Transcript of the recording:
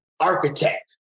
architect